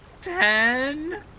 Ten